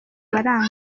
baranga